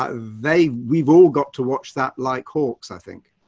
ah they, we've all got to watch that like hawks i think.